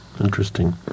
Interesting